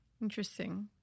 Interesting